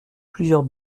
plusieurs